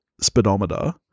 speedometer